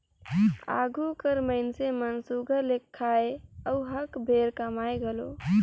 आघु कर मइनसे मन सुग्घर ले खाएं अउ हक भेर कमाएं घलो